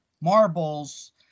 marbles